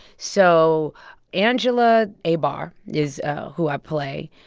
so angela abar is who i play.